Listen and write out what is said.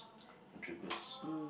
intrigues